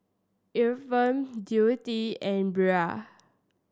Efrem Dewitt and Brea